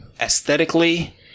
Aesthetically